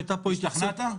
השתכנעת?